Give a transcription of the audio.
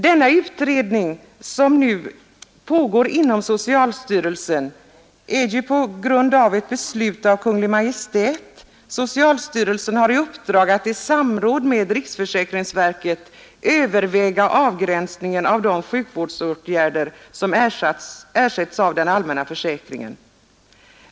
Den utredning som nu pågår inom socialstyrelsen har tillsatts efter ett beslut av Kungl. Maj:t. Socialstyrelsen har fått i uppdrag att i samråd med riksförsäkringsverket överväga avgränsningen av de sjukvårdsåtgärder som ersätts av den allmänna försäkringen.